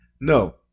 No